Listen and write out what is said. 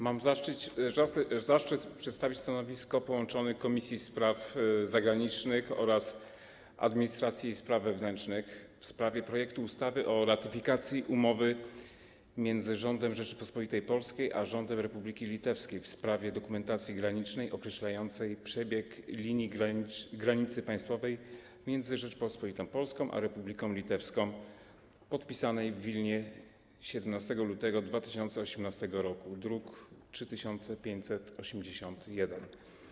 Mam zaszczyt przedstawić stanowisko połączonych Komisji: Spraw Zagranicznych oraz Administracji i Spraw Wewnętrznych w sprawie projektu ustawy o ratyfikacji umowy między Rządem Rzeczypospolitej Polskiej a Rządem Republiki Litewskiej w sprawie dokumentacji granicznej określającej przebieg linii granicy państwowej między Rzecząpospolitą Polską a Republiką Litewską, podpisanej w Wilnie dnia 17 lutego 2018 r., druk nr 3581.